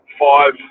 five